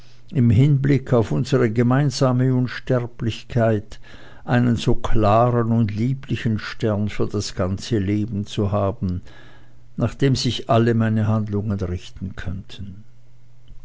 im hinblick auf unsere gemeinsame unsterblichkeit einen so klaren und lieblichen stern für das ganze leben zu haben nach dem sich alle meine handlungen richten könnten